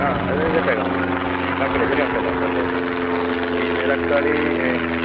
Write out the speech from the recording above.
ആ അത് സെറ്റ് ആക്കാം നമുക്ക് കണക്കല്ലേ ചെറിയ കണക്കല്ലേ ഓക്കെ ഓക്കെ പിന്നെ തക്കാളി